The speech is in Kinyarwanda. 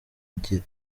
agira